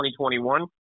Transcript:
2021